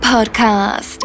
Podcast